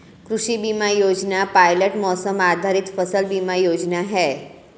कृषि बीमा योजना पायलट मौसम आधारित फसल बीमा योजना है